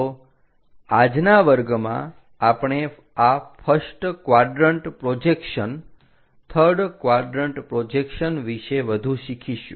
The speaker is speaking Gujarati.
તો આજના વર્ગમાં આપણે આ first quadrant projection third quadrant projection વિશે વધુ શીખીશું